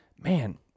man